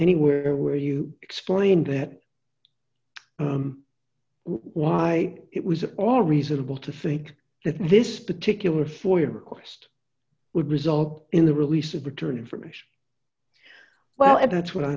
anywhere where you explained that why it was all reasonable to think that in this particular foyer request would result in the release of return information well if that's what i